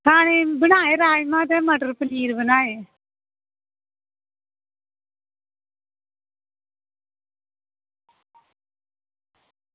खानै गी बनाए राजमांह ते मटर पनीर बनाए